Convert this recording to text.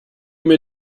mir